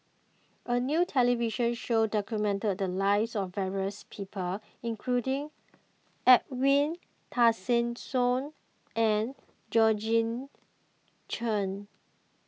a new television show documented the lives of various people including Edwin Tessensohn and Georgette Chen